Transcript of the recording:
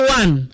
one